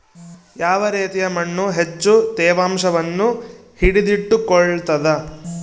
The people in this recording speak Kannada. ಯಾವ ರೇತಿಯ ಮಣ್ಣು ಹೆಚ್ಚು ತೇವಾಂಶವನ್ನು ಹಿಡಿದಿಟ್ಟುಕೊಳ್ತದ?